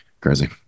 Crazy